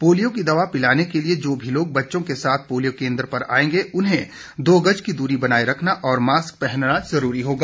polio की दवा पिलाने के लिए जो भी लोग बच्चों के साथ पोलियो केन्द्र पर आएंगे उन्हें दो गज की दूरी बनाए रखना और मास्क पहनना जरूरी होगा